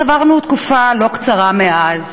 אז עברנו תקופה לא קצרה מאז,